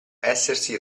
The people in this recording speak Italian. essersi